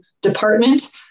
department